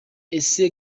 ese